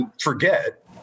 forget